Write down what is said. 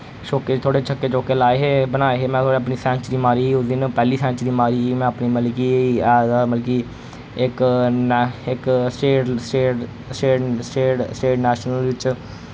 शोके च थोह्ड़े छक्के चौक्के लाए हे बनाए हे मैं अपनी सैंचरी मारी ही उसदिन पैह्ली सैंचरी मारी ही मैं अपनी मतलब कि ऐस अ मतलब की इक नाह् इक state state state state state national च